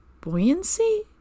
buoyancy